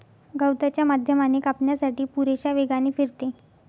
गवताच्या माध्यमाने कापण्यासाठी पुरेशा वेगाने फिरते